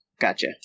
Gotcha